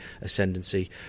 ascendancy